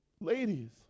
ladies